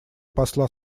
посла